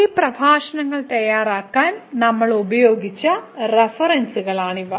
ഈ പ്രഭാഷണങ്ങൾ തയ്യാറാക്കാൻ നമ്മൾ ഉപയോഗിച്ച റഫറൻസുകളാണ് ഇവ